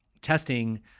testing